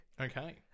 Okay